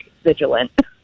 vigilant